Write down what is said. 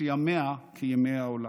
שימיה כימי העולם.